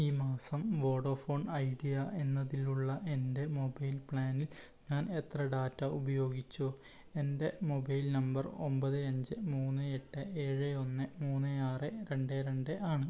ഈ മാസം Vodafone Idea എന്നതിലുള്ള എൻ്റെ മൊബൈൽ പ്ലാനിൽ ഞാൻ എത്ര ഡാറ്റ ഉപയോഗിച്ചു എൻ്റെ മൊബൈൽ നമ്പർ ഒമ്പത് അഞ്ച് മൂന്ന് എട്ട് ഏഴ് ഒന്ന് മൂന്ന് ആറ് രണ്ട് രണ്ട് ആണ്